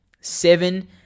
Seven